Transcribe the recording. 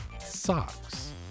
socks